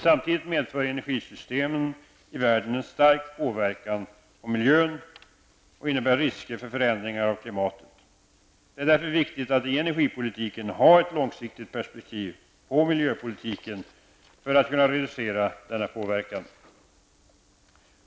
Samtidigt medför energisystemen i världen en stark påverkan på miljön och innebär risker för förändringar av klimatet. Det är därför viktigt att i energipolitiken ha ett långsiktigt perspektiv på miljöpolitiken för att kunna reducera denna påverkan.